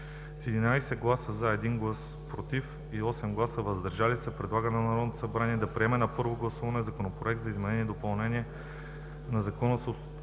С 11 гласа “за”, 1 глас “против” и 8 гласа “въздържали се” предлага на Народното събрание да приеме на първо гласуване законопроект за изменение и допълнение на Закона